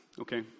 Okay